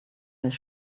his